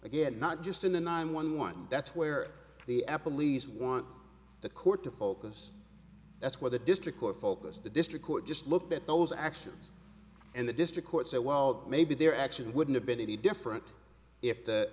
again not just in the nine one one that's where the apple leaves want the court to focus that's where the district court focused the district court just looked at those actions and the district court said well maybe their actions wouldn't have been any different if th